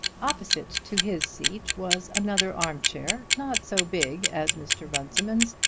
opposite to his seat was another arm-chair not so big as mr. runciman's,